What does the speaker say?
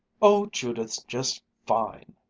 oh, judith's just fine!